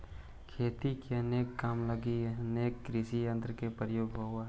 खेती के अनेको काम लगी अनेक कृषियंत्र के प्रयोग होवऽ हई